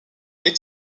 les